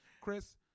Chris